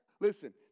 listen